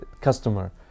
customer